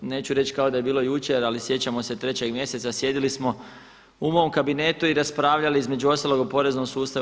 Neću reći kao da je bilo jučer, ali sjećamo se 3. mjeseca, sjedili smo u mom kabinetu i raspravljali između ostalog o poreznom sustavu.